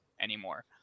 anymore